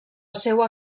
seua